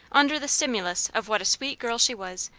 under the stimulus of what a sweet girl she was,